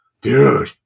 Dude